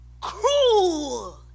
cruel